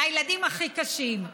לילדים הכי קשים.